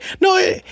no